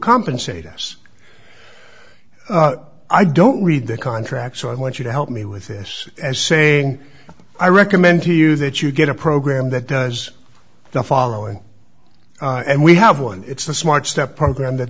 compensate us i don't read the contract so i want you to help me with this as saying i recommend to you that you get a program that does the following and we have one it's a smart step program that